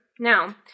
Now